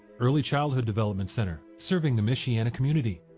early childhood development center serving the michiana community.